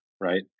right